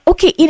Okay